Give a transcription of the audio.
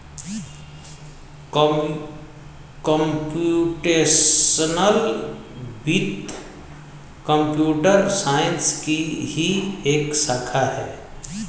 computational वित्त computer science की ही एक शाखा है